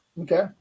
Okay